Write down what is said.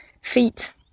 feet